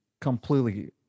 completely